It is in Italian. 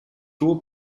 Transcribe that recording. tour